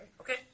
Okay